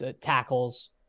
tackles